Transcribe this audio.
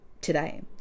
today